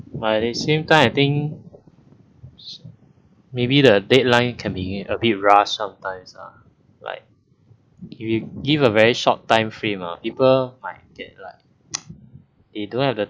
but at the same time I think maybe the deadline can be a bit rushed sometimes ah like give a very short timeframe ah people like get like they don't have that